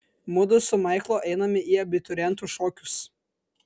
mudu su maiklu einame į abiturientų šokius